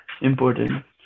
important